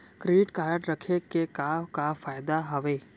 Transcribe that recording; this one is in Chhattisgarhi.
क्रेडिट कारड रखे के का का फायदा हवे?